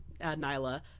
Nyla